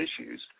issues